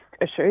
issues